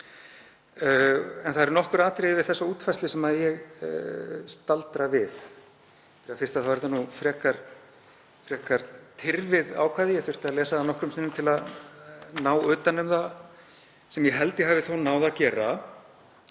En það eru nokkur atriði við þessa útfærslu sem ég staldra við. Fyrir það fyrsta er þetta nú frekar tyrfið ákvæði. Ég þurfti að lesa það nokkrum sinnum til að ná utan um það sem ég held að ég hafi þó náð að gera.